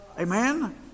Amen